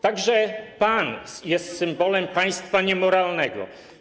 Także pan jest symbolem państwa niemoralnego.